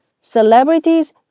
celebrities